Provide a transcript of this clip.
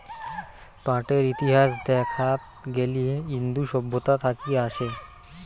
পাটের ইতিহাস দেখাত গেলি ইন্দু সভ্যতা থাকি আসে